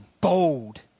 bold